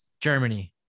Germany